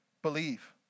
believe